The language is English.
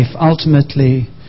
ultimately